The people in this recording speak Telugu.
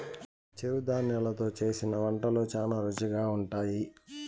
చిరుధాన్యలు తో చేసిన వంటలు శ్యానా రుచిగా ఉంటాయి